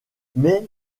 mais